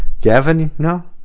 gavin? no,